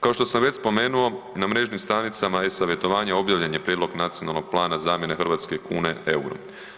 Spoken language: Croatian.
Kao što sam već spomenuo na mrežnim stranicama e-savjetovanja objavljen je Prijedlog nacionalnog plana zamjene hrvatske kune eurom.